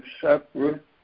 separate